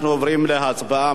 אנחנו עוברים להצבעה.